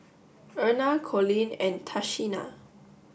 Erna Colleen and Tashina